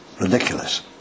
ridiculous